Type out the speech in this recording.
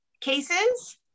cases